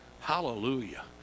Hallelujah